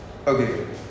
Okay